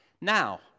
Now